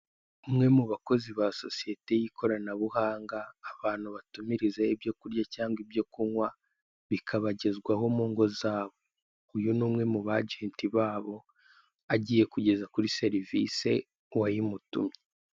Umwe mu bakozi ba sosiyete y'ikoranabuhanga abantu batumirizaho ibyo kurya cyangwa ibyo kunywa bikabagezwaho mu ngo zabo, uyu ni umwe mu bajenti babo agiye kugeza kuri serivise uwayimutumye.